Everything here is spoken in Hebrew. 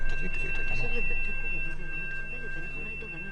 אין התייעצות סיעתית על רביזיה.